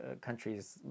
countries